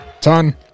Ton